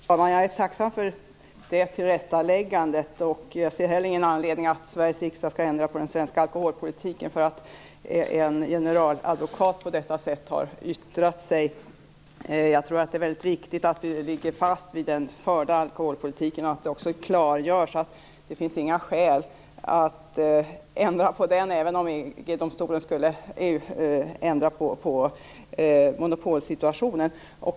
Fru talman! Jag är tacksam för det tillrättaläggandet. Jag ser inte heller någon anledning att Sveriges riksdag skall ändra på den svenska alkoholpolitiken bara för att en generaladvokat på detta sätt har yttrat sig. Jag tror att det är väldigt viktigt att vi ligger fast vid den förda alkoholpolitiken och att det också klargörs att det inte finns några skäl att ändra på den även om EG-domstolen skulle ändra på monopolsituationen.